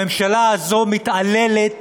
הממשלה הזו מתעללת,